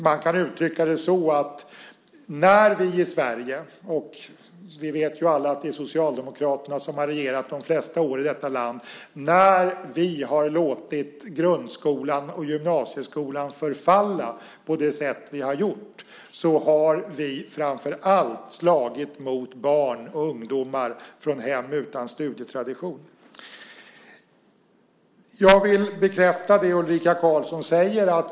Man kan uttrycka det så att när vi i Sverige - och vi vet ju alla att det är Socialdemokraterna som har regerat de flesta åren i detta land - har låtit grundskolan och gymnasieskolan förfalla på det sätt som skett har vi framför allt slagit mot barn och ungdomar från hem utan studietradition. Jag vill bekräfta det Ulrika Carlsson säger.